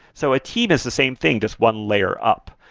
so a team is the same thing, just one layer up.